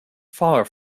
far